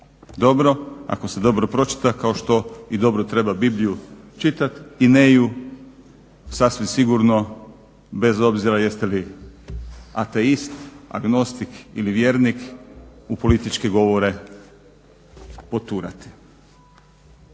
dobro, ako se dobro pročita kao što i dobro treba Bibliju čitat i ne ju sasvim sigurno, bez obzira jeste li ateist, agnostik ili vjernik, u političke govore poturati.